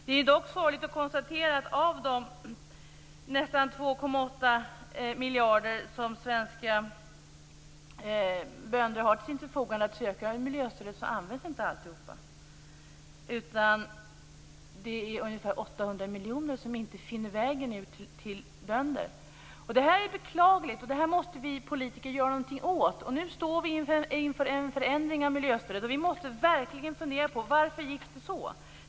Det är dock sorgligt att konstatera att av de nästan 2,8 miljarder som svenska bönder har till sitt förfogande och kan söka i miljöstöd används inte alltihop. Det är ungefär 800 miljoner som inte finner vägen ut till bönderna. Det här är beklagligt och det här måste vi politiker göra något åt. Nu står vi inför en förändring av miljöstödet. Vi måste verkligen fundera på varför det gick så.